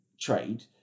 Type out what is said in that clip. trade